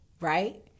right